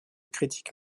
critique